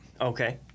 Okay